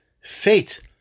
fate